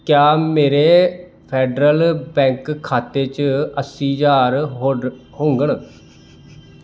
क्या मेरे Federal Bank खाते च अस्सी ज्हार होड होङन